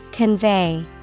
Convey